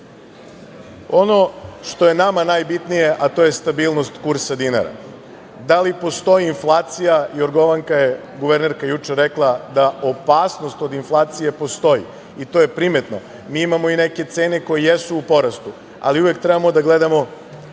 što je nama najbitnije, a to je stabilnost kursa dinara. Da li postoji inflacija, guvernerka je juče rekla da opasnost od inflacije postoji i to je primetno. Mi imamo i neke cene koje jesu u porastu, ali uvek treba da gledamo